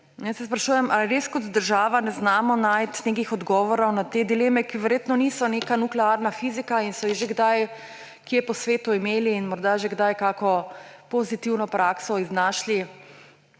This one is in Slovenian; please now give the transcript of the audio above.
Sprašujem se, ali res kot država ne znamo najti nekih odgovorov na te dileme, ki verjetno niso neka nuklearna fizika in so jih že kdaj kje po svetu imeli in morda že kdaj kako pozitivno prakso iznašli.